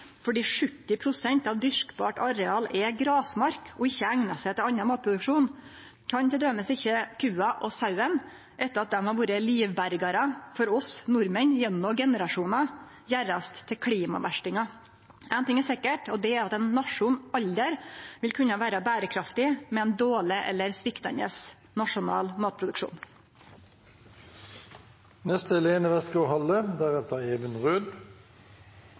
fordi 70 pst. av dyrkbart areal er grasmark og ikkje egnar seg til annan matproduksjon, kan t.d. ikkje kua og sauen – etter at dei har vore livbergarar for oss nordmenn gjennom generasjoner – gjerast til klimaverstingar. Ein ting er sikkert, og det er at ein nasjon aldri vil kunne vere berekraftig med ein dårleg eller sviktande nasjonal